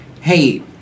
hey